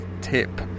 tip